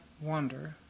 wonder